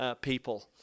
people